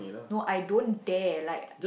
no I don't dare like